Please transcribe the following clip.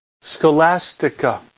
Scholastica